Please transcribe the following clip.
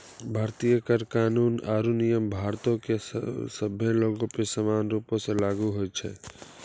भारतीय कर कानून आरु नियम भारतो के सभ्भे लोगो पे समान रूपो से लागू होय छै